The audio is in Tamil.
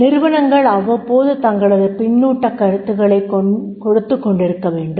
நிறுவனங்கள் அவ்வப்போது தங்களது பின்னூட்டக் கருத்துக்களைக் கொடுத்துக் கொண்டிருக்கவேண்டும்